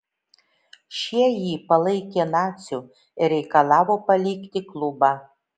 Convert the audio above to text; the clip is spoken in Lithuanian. šie jį palaikė naciu ir reikalavo palikti klubą